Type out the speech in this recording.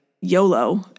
YOLO